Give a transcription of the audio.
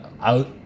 Out